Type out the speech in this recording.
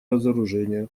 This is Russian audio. разоружения